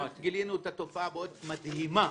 גילינו תופעה מדהימה,